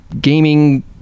gaming